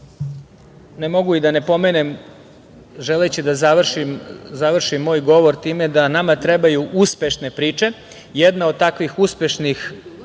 Ne mogu da ne pomenem, želeći da završim moj govor time, da nama trebaju uspešne priče. Jedna od takvih uspešnih